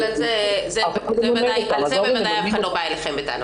על זה בוודאי אף אחד לא בא אליכם בטענות.